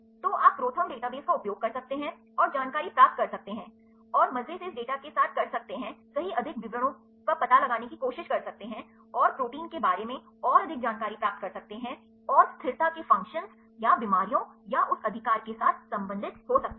तो आप ProTherm database का उपयोग कर सकते हैं और जानकारी प्राप्त कर सकते हैं औरमज़े इस डेटा के साथकर सकते हैं और सही अधिक विवरणों का पता लगाने की कोशिश कर सकते हैं और प्रोटीन बारे में और अधिक जानकारी प्राप्त कर सकते हैं और स्थिरता के फ़ंक्शंस या बीमारियों और उस अधिकार के साथ संबंधित हो सकते हैं